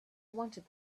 wanted